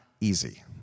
easy